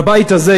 בבית הזה,